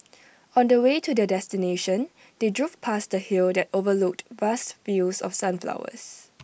on the way to their destination they drove past A hill that overlooked vast fields of sunflowers